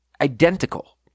identical